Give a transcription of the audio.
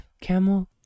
camel